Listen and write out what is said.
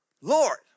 Lord